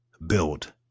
build